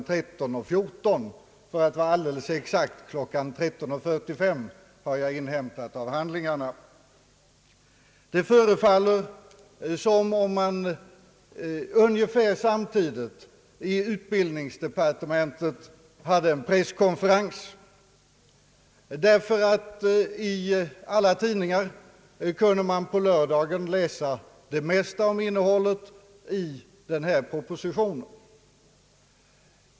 13 och 14, för att vara alldeles exakt kl. 13.45. Det förefaller som om man ungefär samtidigt i utbildningsdepartementet hade haft en presskonferens ty vi kunde på lördagen läsa i tidningarna det mesta om innehållet i nämnda proposition.